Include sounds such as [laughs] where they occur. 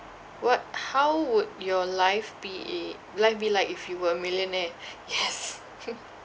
what how would your life be i~ life be like if you were a millionaire yes [laughs]